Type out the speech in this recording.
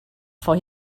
for